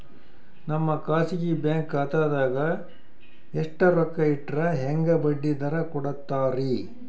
ನಮ್ಮ ಖಾಸಗಿ ಬ್ಯಾಂಕ್ ಖಾತಾದಾಗ ಎಷ್ಟ ರೊಕ್ಕ ಇಟ್ಟರ ಹೆಂಗ ಬಡ್ಡಿ ದರ ಕೂಡತಾರಿ?